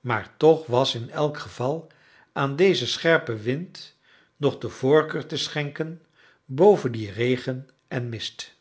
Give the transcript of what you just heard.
maar toch was in elk geval aan dezen scherpen wind nog de voorkeur te schenken boven dien regen en mist